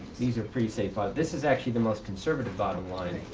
these are pretty safe, but this is actually the most conservative bottom line.